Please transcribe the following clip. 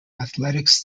athletics